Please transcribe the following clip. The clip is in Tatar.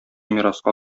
мираска